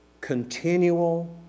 continual